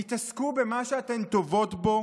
תתעסקו במה שאתן טובות בו